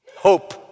hope